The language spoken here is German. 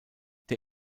der